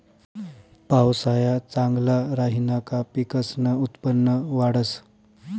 पावसाया चांगला राहिना का पिकसनं उत्पन्न वाढंस